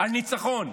על ניצחון,